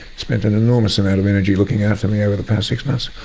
spent an enormous amount of energy looking after me over the past six months.